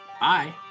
bye